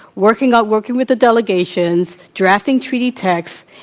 working working with the delegations, drafting treaty texts,